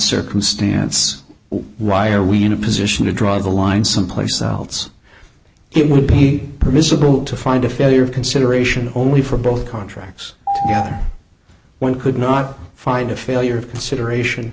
circumstance why are we in a position to draw the line someplace else it would be permissible to find a failure of consideration only for both contracts one could not find a failure of consideration